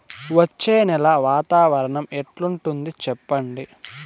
వచ్చే నెల వాతావరణం ఎట్లుంటుంది చెప్పండి?